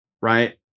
right